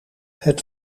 het